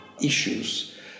issues